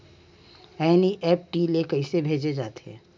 NEFT ले कइसे भेजे जाथे?